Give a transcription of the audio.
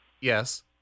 Yes